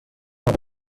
موقع